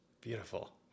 Beautiful